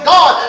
God